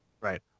Right